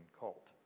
cult